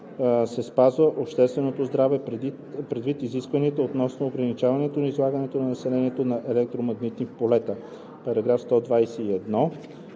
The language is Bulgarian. се опазва общественото здраве предвид изискванията относно ограничаването на излагането на населението на електромагнитни полета.“